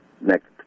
next